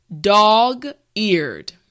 Dog-eared